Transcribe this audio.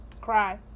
Cry